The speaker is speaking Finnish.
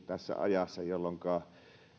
tässä ajassa jolloinka